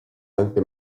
anche